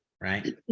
right